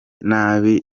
nabi